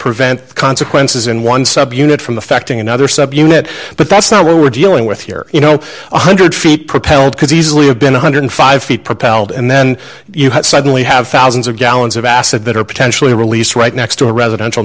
prevent consequences in one subunit from affecting another subunit but that's not what we're dealing with here you know one hundred feet propelled could easily have been one hundred and five feet propelled and then you had suddenly have thousands of gallons of acid that are potentially released right next to a residential